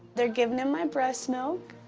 they're giving him my breast milk,